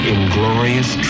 Inglorious